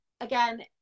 again